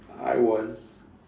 I won't